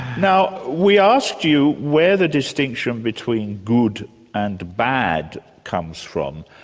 now we asked you where the distinction between good and bad comes from,